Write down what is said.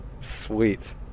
Sweet